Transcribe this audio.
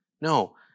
no